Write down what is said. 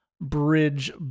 bridge